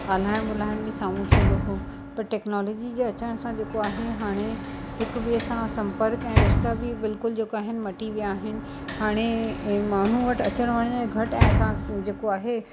ॻाल्हाइण ॿोलाएण बि साम्हूं थींदो हुओ पर टेक्नोलोजी जे अचण सां जेको आहे हाणे हिकु ॿिएं सां संपर्क ऐं रिश्ता बि बिल्कुलु जेको आहिनि मटी विया आहिनि हाणे माण्हू वटि अचण वञण घटि ऐं असां जेको आहे